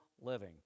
living